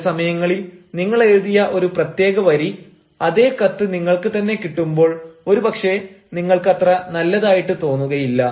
ചില സമയങ്ങളിൽ നിങ്ങളെഴുതിയ ഒരു പ്രത്യേക വരി അതേ കത്ത് നിങ്ങൾക്ക് തന്നെ കിട്ടുമ്പോൾ ഒരുപക്ഷേ നിങ്ങൾക്ക് അത്ര നല്ലതായിട്ടു തോന്നുകയില്ല